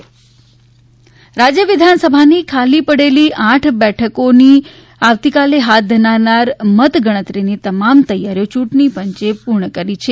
પેટા ચૂંટણી મતગણતરી રાજ્ય વિધાનસભાની ખાલી પડેલી આઠ બેઠકોની આવતીકાલે હાથ ધરાનાર મત ગણતરીની તમામ તૈયારીઓ યૂંટણીપંચે પૂર્ણ કરી છે